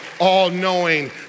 all-knowing